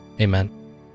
Amen